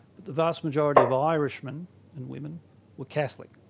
the vast majority of irish men and women were catholic,